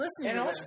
listening